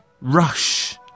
rush